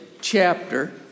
chapter